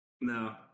no